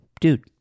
dude